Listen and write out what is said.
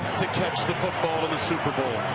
to catch the football in the super bowl.